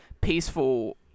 peaceful